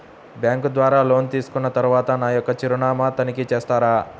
Bank ద్వారా loan తీసుకున్న తరువాత నా యొక్క చిరునామాని తనిఖీ చేస్తారా?